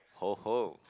ho ho